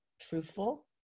truthful